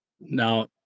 now